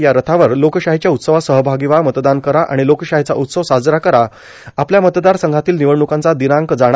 या रथावर लोकशाहांच्या उत्सवात सहभागी व्हा मतदान करा आर्गाण लोकशाहांचा उत्सव साजरा करा आपल्या मतदारसंघातील र्निवडणुकांचा र्दिनांक जाणा